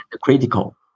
critical